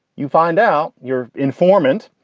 you find out your informant,